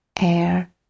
air